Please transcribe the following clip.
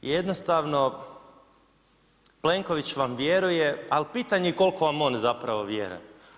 Jednostavno Plenković vam vjeruje, ali pitanje je koliko vam on zapravo vjeruje.